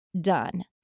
done